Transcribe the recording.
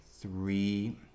three